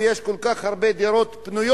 ויש כל כך הרבה דירות פנויות,